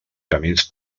camins